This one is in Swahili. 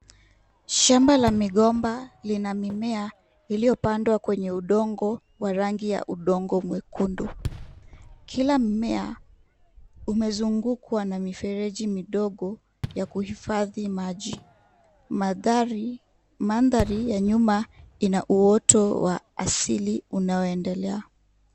Shamba la migomba ina mimea iliyopandwa kwa udongo wa rangi ya udongo mwekundu. kila mmea umezungukwa na mifereji midogo ya kuhifadhi maji. Mandhari ya nyuma ina uoto wa asili inayoendelea.